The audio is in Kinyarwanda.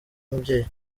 umubyeyi